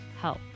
help